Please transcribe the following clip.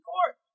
Court